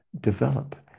develop